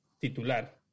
titular